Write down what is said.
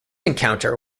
encounter